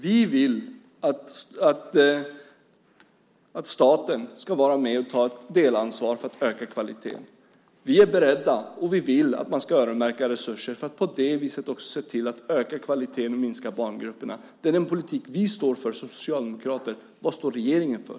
Vi vill att staten ska vara med och ta ett delansvar för att höja kvaliteten. Vi är beredda och vill att man ska öronmärka resurser för att på det viset också se till att höja kvaliteten och minska barngrupperna. Det är den politik vi socialdemokrater står för. Vad står regeringen för?